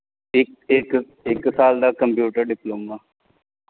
ਇੱਕ ਇੱਕ ਇੱਕ ਸਾਲ ਦਾ ਕੰਪਿਊਟਰ ਡਿਪਲੋਮਾ